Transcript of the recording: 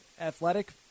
athletic